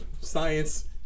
science